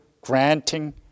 granting